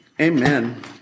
Amen